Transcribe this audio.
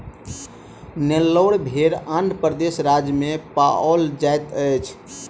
नेल्लोर भेड़ आंध्र प्रदेश राज्य में पाओल जाइत अछि